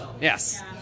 Yes